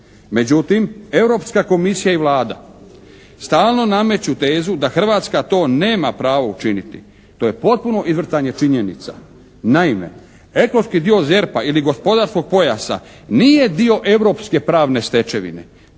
Međutim, Europska komisija i Vlada stalno nameću tezu da Hrvatska to nema pravo učiniti. To je potpuno izvrtanje činjenica. Naime, ekološki dio ZERP-a ili gospodarskog pojasa nije dio europske pravne stečevine